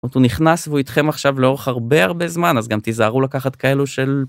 נכנס והוא איתכם עכשיו לאורך הרבה הרבה זמן אז גם תיזהרו לקחת כאלו של...